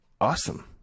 awesome